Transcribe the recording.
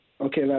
Okay